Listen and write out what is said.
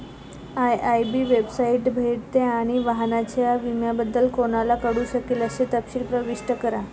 IIB वेबसाइटला भेट द्या आणि वाहनाच्या विम्याबद्दल कोणाला कळू शकेल असे तपशील प्रविष्ट करा